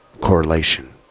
Correlation